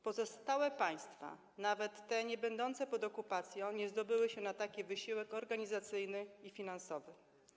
Pozostałe państwa, nawet te niebędące pod okupacją, nie zdobyły się na taki wysiłek organizacyjny i finansowy.